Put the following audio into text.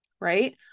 right